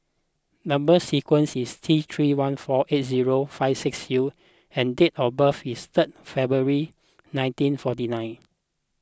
Number Sequence is T three one four eight zero five six U and date of birth is third February nineteen forty nine